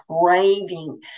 craving